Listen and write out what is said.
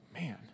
man